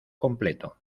completo